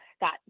got